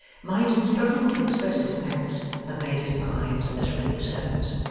might in struggling to express his thanks have made his eyes as red as hers,